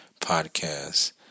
podcast